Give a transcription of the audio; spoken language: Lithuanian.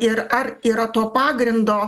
ir ar yra to pagrindo